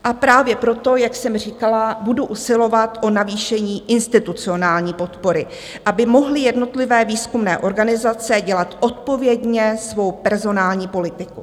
A právě proto, jak jsem říkala, budu usilovat o navýšení institucionální podpory, aby mohly jednotlivé výzkumné organizace dělat odpovědně svou personální politiku.